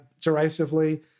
derisively